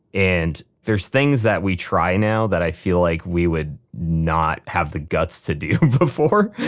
and, there's things that we try now that i feel like we would not have the guts to do before.